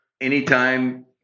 Anytime